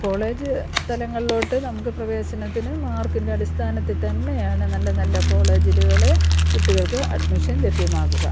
college തലങ്ങളിലോട്ട് നമുക്ക് പ്രവേശനത്തിന് മാർക്കിൻ്റെ അടിസ്ഥാനത്തിൽ തന്നെയാണ് നല്ല നല്ല കോളേജുകൾ കുട്ടികൾക്ക് അഡ്മിഷൻ ലഭ്യമാകുക